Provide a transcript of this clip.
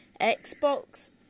Xbox